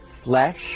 flesh